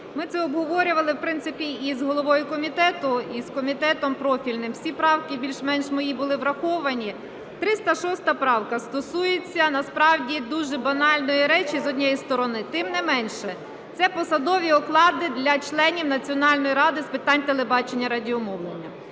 Ми це обговорювали, в принципі, і з головою комітету, і з комітетом профільним. Всі правки більш-менш мої були враховані. 306 правка стосується, насправді, дуже банальної речі, з однієї сторони. Тим не менше, це посадові оклади для членів Національної ради з питань телебачення і радіомовлення.